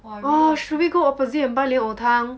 !wah! we go opposite and buy 莲藕汤